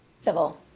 civil